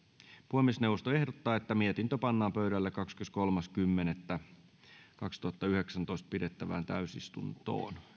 puhemiesneuvosto ehdottaa että mietintö pannaan pöydälle kahdeskymmeneskolmas kymmenettä kaksituhattayhdeksäntoista pidettävään täysistuntoon